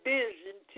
Vision